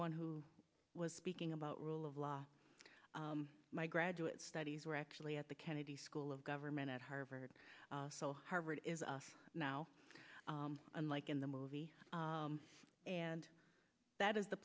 one who was speaking about rule of law my graduate studies were actually at the kennedy school of government at harvard so harvard is now unlike in the movie and that is the